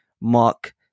mark